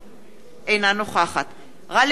אינה נוכחת גאלב מג'אדלה,